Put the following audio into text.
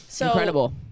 Incredible